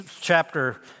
chapter